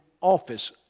office